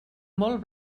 molt